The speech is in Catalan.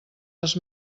les